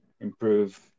improve